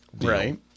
right